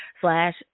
slash